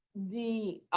the